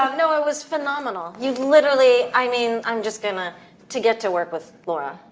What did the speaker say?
um no it was phenomenal. you literally, i mean, i'm just gonna to get to work with laura,